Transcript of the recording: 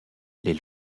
les